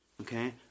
okay